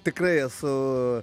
tikrai esu